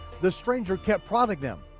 the stranger kept prodding them,